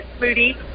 Moody